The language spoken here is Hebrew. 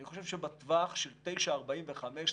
אני חושב שבטווח של תשעה עד 45 קילומטר,